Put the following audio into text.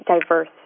diverse